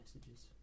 messages